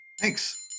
Thanks